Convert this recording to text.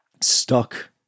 stuck